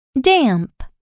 Damp